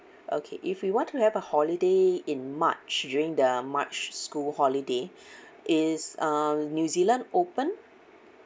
okay if we want to have a holiday in march during the march school holiday is uh new zealand open